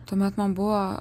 tuomet man buvo